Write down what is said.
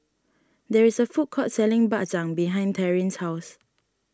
there is a food court selling Bak Chang behind Taryn's house